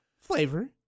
Flavor